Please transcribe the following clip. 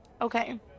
Okay